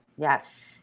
Yes